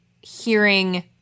hearing